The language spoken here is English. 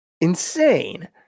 insane